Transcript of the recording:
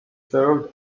served